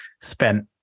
spent